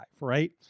right